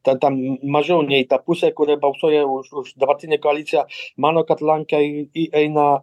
ta ta mažiau nei ta pusė kuri balsuoja už už dabartinę koaliciją mano kad lenkai įeina